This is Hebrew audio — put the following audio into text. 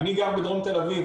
אני גר בדרום תל-אביב,